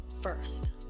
first